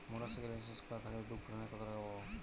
Motorcycle insurance করা থাকলে দুঃঘটনায় কতটাকা পাব?